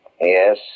Yes